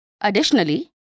Additionally